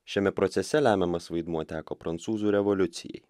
šiame procese lemiamas vaidmuo teko prancūzų revoliucijai